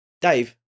Dave